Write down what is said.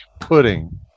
pudding